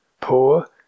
Poor